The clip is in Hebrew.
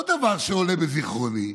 עוד דבר שעולה בזיכרוני: